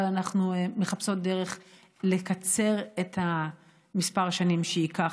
אבל אנחנו מחפשות דרך לקצר את מספר השנים שזה ייקח